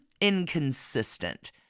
inconsistent